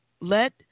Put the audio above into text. Let